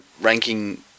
ranking